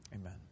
Amen